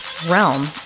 realm